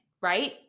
right